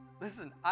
listen